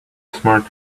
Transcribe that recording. smart